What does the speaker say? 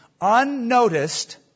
unnoticed